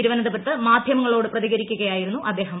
തിരുവനന്തപുരത്ത് മാധ്യമങ്ങളോട് പ്രതികരിക്കുകയായിരുന്നു അദ്ദേഹം